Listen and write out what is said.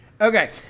Okay